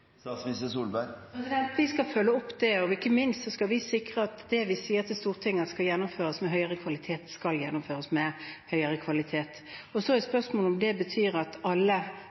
Vi skal følge det opp, og ikke minst skal vi sikre at det vi sier til Stortinget at skal gjennomføres med høyere kvalitet, skal gjennomføres med høyere kvalitet. Så er spørsmålet om det betyr at alle